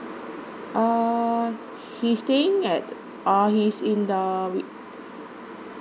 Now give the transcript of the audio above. uh he's staying at uh he's in the